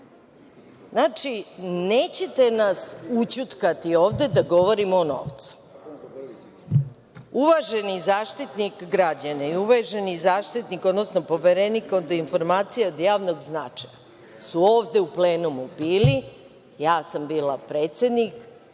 Znači, nećete nas ućutkati ovde da govorimo o novcu. Uvaženi Zaštitnik građana i uvaženi Poverenik za informacije od javnog značaja su ovde u plenumu bili, ja sam bila predsednik,